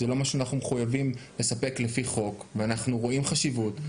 זה לא מה שאנחנו מחויבים לספק לפי חוק ואנחנו רואים חשיבות.